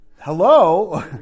hello